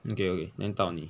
okay okay then 到你